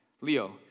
Leo